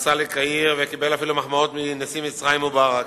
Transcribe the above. נסע לקהיר וקיבל אפילו מחמאות מנשיא מצרים מובארק,